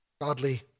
godly